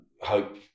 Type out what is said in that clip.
Hope